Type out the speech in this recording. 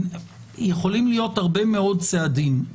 יכולים להיות הרבה מאוד צעדים.